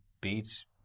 beach